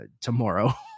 tomorrow